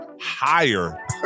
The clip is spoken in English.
higher